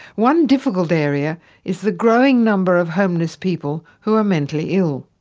one difficult area is the growing number of homeless people who are mentally ill.